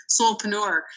solopreneur